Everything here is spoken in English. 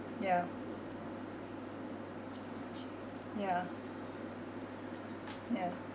yeah yeah yeah